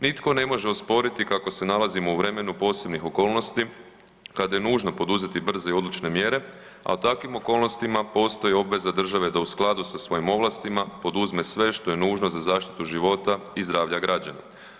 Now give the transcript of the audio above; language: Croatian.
Nitko, ne može osporiti kako se nalazimo u vremenu posebnih okolnosti kada je nužno poduzeti brze i odlučne mjere, a u takvim okolnostima postoji obveza države da u skladu sa svojim ovlastima poduzme sve što je nužno za zaštitu života i zdravlja građana.